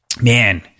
man